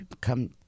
come